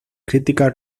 critical